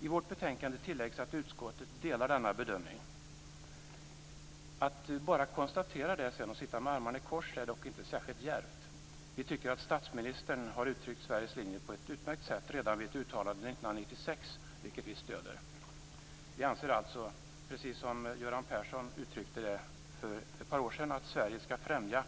I vårt betänkande tilläggs att utskottet delar denna bedömning. Att bara konstatera detta och sedan sitta med armarna i kors är dock inte särskilt djärvt. Vi tycker att statsministern har uttryckt Sveriges linje på ett utmärkt sätt redan i ett uttalande 1996, vilket vi stöder. Vi anser alltså, precis som Göran Persson uttryckte det för ett par år sedan, att Sverige skall främja